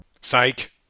psych